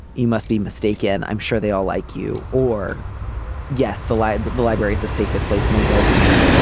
you must be mistaken. i'm sure they all like you or yes the like but the library is the safest place in the world to be.